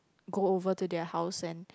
go over to their house and